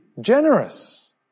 generous